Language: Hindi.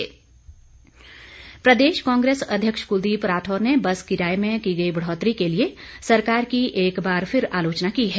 कांग्रेस प्रदेश कांग्रेस अध्यक्ष कुलदीप राठौर ने बस किराये में की गई बढ़ोतरी के लिए सरकार की एक बार फिर आलोचना की है